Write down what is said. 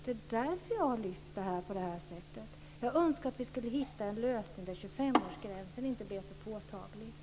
Det är därför jag har lyft fram det här på det här sättet. Jag önskar att vi skulle hitta en lösning där 25-årsgränsen inte blev så påtaglig.